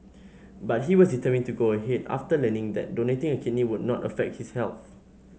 but he was determined to go ahead after learning that donating a kidney would not affect his health